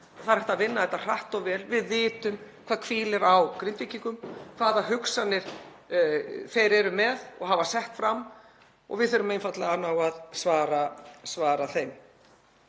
það er hægt að vinna þetta hratt og vel. Við vitum hvað hvílir á Grindvíkingum, hvaða hugsanir þeir eru með og hafa sett fram og við þurfum einfaldlega að ná að svara þeim.